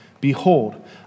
behold